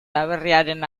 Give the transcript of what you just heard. aberriaren